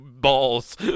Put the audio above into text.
balls